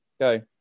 go